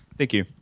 thank you.